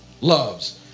loves